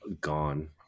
gone